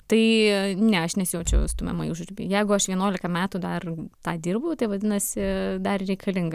tai ne aš nesijaučiau stumiama į užribį jeigu aš vienuolika metų dar tą dirbau tai vadinasi dar reikalinga